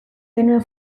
genuen